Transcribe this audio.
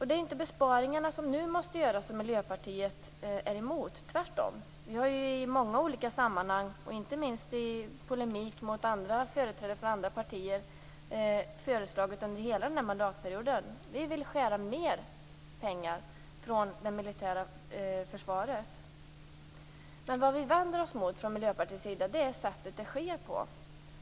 Det är inte de besparingar som nu måste göras som Miljöpartiet är emot. Tvärtom har vi i många olika sammanhang, inte minst i polemik mot företrädare för andra partier, under hela den här mandatperioden sagt att vi vill skära mer pengar från det militära försvaret. Vad vi vänder oss mot från Miljöpartiets sida är sättet det sker på.